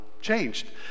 changed